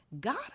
God